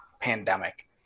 pandemic